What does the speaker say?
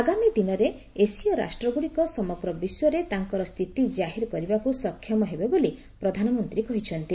ଆଗାମୀ ଦିନରେ ଏସୀୟ ରାଷ୍ଟ୍ରଗୁଡିକ ସମଗ୍ର ବିଶ୍ୱରେ ତାଙ୍କର ସ୍ଥିତି ଜାହିର କରିବାକୁ ସକ୍ଷମ ହେବେ ବୋଲି ପ୍ରଧାନମନ୍ତ୍ରୀ କହିଛନ୍ତି